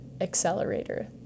accelerator